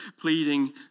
pleading